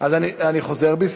אני חוזר בי.